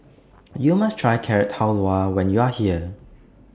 YOU must Try Carrot Halwa when YOU Are here